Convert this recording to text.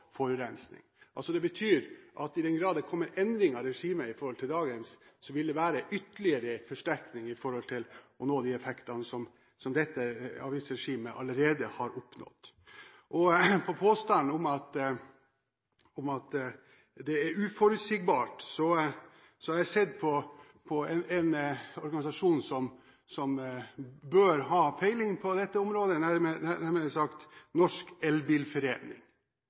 forurensning. Det betyr at i den grad det kommer endringer i regimet i forhold til dagens, så vil det være ytterligere forsterkning med henblikk på å nå de effektene som dette avgiftsregimet allerede har oppnådd. Når det gjelder påstanden om at det er uforutsigbart, har jeg sett på en organisasjon som bør ha peiling på dette området, nærmere bestemt Norsk Elbilforening.